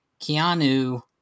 Keanu